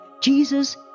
Jesus